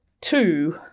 two